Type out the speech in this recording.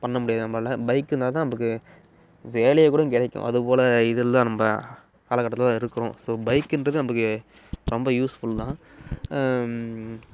பண்ண முடியாது நம்மால் பைக் இருந்தால்தான் நமக்கு வேலை கூட கிடைக்கும் அது போல இதெலாம் நம்ப காலகட்டத்தில் இருக்கிறோம் ஸோ பைக்குன்றது நமக்கு ரொம்ப யூஸ்ஃபுல்தான்